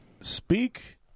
speak